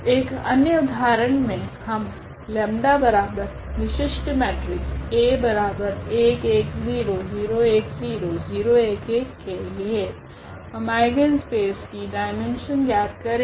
एक अन्य उदाहरण मे हम लेम्डा 𝜆 बराबर विशिष्ट मेट्रिक्स के लिए हम आइगनस्पेस की डाईमेन्शन ज्ञात करेगे